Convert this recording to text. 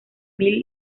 mil